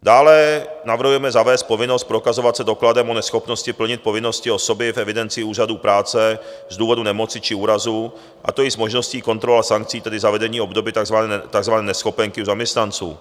Dále navrhujeme zavést povinnost prokazovat se dokladem o neschopnosti plnit povinnosti osoby v evidenci úřadů práce z důvodu nemoci či úrazu, a to i s možností kontrolovat sankcí, tedy zavedení obdoby takzvané neschopenky u zaměstnanců.